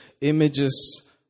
images